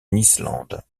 islande